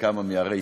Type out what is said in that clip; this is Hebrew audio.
בכמה מערי ישראל.